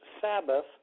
Sabbath